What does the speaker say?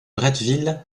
bretteville